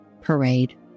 parade